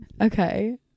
okay